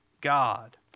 God